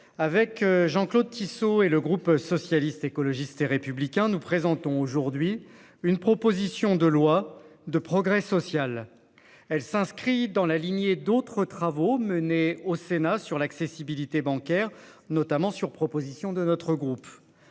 avec Jean-Claude Tissot et le groupe socialiste, écologiste et républicain. Nous présentons aujourd'hui une proposition de loi de progrès social. Elle s'inscrit dans la lignée d'autres travaux menés au Sénat sur l'accessibilité bancaire notamment sur proposition de notre groupe.